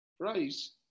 price